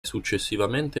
successivamente